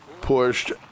pushed